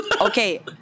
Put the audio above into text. Okay